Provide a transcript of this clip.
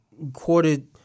recorded